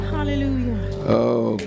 Hallelujah